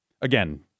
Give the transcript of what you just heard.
Again